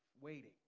waiting